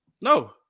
No